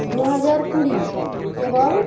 দু হাজার কুড়ি এবং